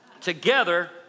Together